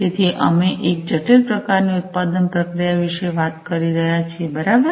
તેથી અમે એક જટિલ પ્રકારની ઉત્પાદન પ્રક્રિયા વિશે વાત કરી રહ્યા છીએ બરાબર